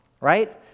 right